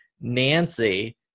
Nancy